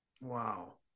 Wow